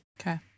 okay